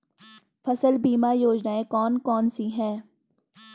फसल बीमा योजनाएँ कौन कौनसी हैं?